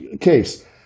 case